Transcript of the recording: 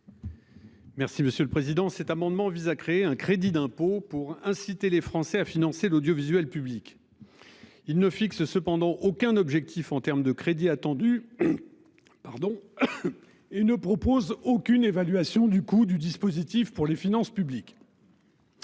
Merci Monsieur le Président. Cet amendement vise à créer un crédit d'impôt pour inciter les Français à financer l'audiovisuel public. Il ne fixe cependant aucun objectif en termes de crédits attendu. Pardon. Et ne propose aucune évaluation du coût du dispositif pour les finances publiques.